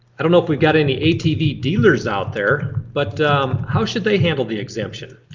i don't know if we've got any atv dealers out there but how should they handle the exemption?